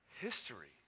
History